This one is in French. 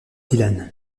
dylan